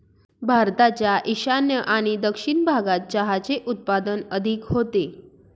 भारताच्या ईशान्य आणि दक्षिण भागात चहाचे उत्पादन अधिक होते